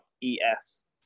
E-S